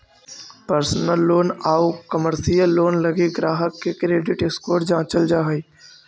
personal loan आउ commercial loan लगी ग्राहक के क्रेडिट स्कोर जांचल जा हइ